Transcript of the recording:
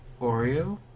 Oreo